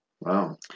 Wow